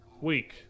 week